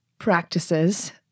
practices